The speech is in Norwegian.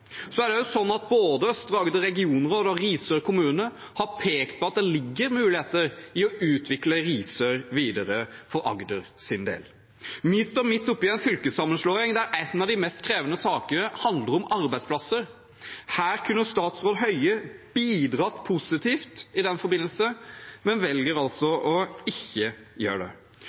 så fall kan jeg opplyse om at i Agder er det ikke et eneste kontor igjen etter denne sentraliseringen til regjeringen. Det gjør også pendling mye vanskeligere. Både Østre Agder regionråd og Risør kommune har pekt på at det for Agder sin del ligger muligheter i å utvikle Risør videre. Vi står midt oppe i en fylkessammenslåing der en av de mest krevende sakene handler om arbeidsplasser. Her kunne statsråd